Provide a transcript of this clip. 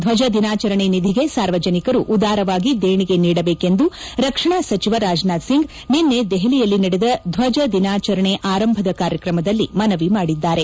ದ್ವಜ ದಿನಾಚರಣೆ ನಿಧಿಗೆ ಸಾರ್ವಜನಿಕರು ಉದಾರವಾಗಿ ದೇಣಿಗೆ ನೀಡಬೇಕೆಂದು ರಕ್ಷಣಾ ಸಚಿವ ರಾಜನಾಥ್ ಸಿಂಗ್ ನಿನ್ನೆ ದೆಹಲಿಯಲ್ಲಿ ನಡೆದ ಧ್ವಜ ದಿನಾಚರಣೆ ಆರಂಭದ ಕಾರ್ಯಕ್ರಮದಲ್ಲಿ ಮನವಿ ಮಾಡಿದ್ದಾರೆ